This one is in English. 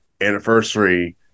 anniversary